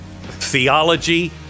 theology